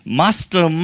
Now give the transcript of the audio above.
master